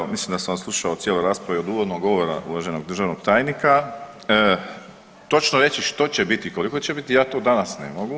Evo mislim da sam odslušao cijelu raspravu od uvodnog govora uvaženog državnog tajnika, točno reći što će biti i koliko će biti ja to danas ne mogu.